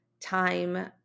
time